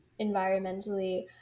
environmentally